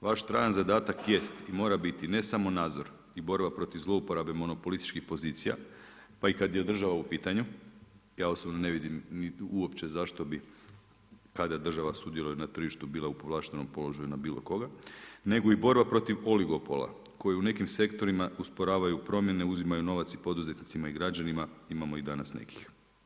Vaš trajan zadatak jest i mora biti ne samo nadzor i borba protiv zlouporabe monopolističkih pozicija pa i kad je država u pitanju, a osobno ne vidim uopće zašto bi kada država sudjeluje na tržištu bila u povlaštenom položaju na bilo koga, nego i borba protiv oligopola koji u nekim sektorima usporavaju promjene, uzimaju novac i poduzetnicima i građanima, imamo i danas nekih.